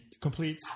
complete